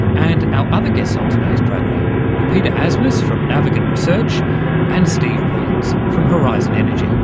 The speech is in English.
and our other guests on today's program were peter asmus from navigant research and steve pullins from horizon energy